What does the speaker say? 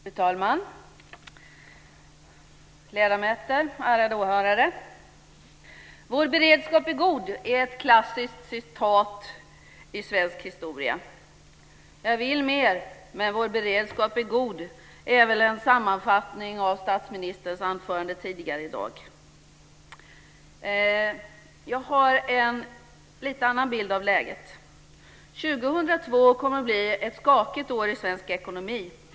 Fru talman! Ledamöter, ärade åhörare! "Vår beredskap är god" är ett klassiskt citat i svensk historia. Jag vill mer men vår beredskap är god är väl en sammanfattning av statsministerns anförande tidigare i dag. Jag har en lite annan bild av läget. År 2002 kommer att bli ett skakigt år i svensk ekonomi.